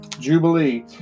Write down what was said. Jubilee